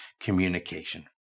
communication